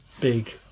big